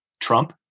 Trump